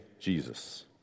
Jesus